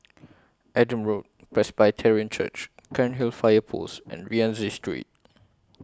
Adam Road Presbyterian Church Cairnhill Fire Post and Rienzi Street